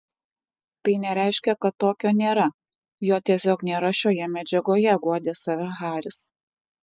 tai nereiškia kad tokio nėra jo tiesiog nėra šioje medžiagoje guodė save haris